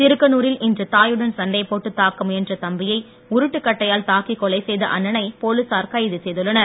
திருக்கனூரில் இன்று தாயுடன் சண்டை போட்டு தாக்க முயன்ற தம்பியை உருட்டுக் கட்டையால் தாக்கிக் கொலை செய்த அண்ணனை போலீசார் கைது செய்துள்ளனர்